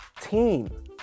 team